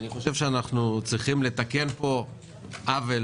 צריכים לתקן פה עוול